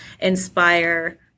inspire